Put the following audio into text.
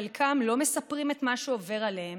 חלקם לא מספרים את מה שעובר עליהם